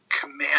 command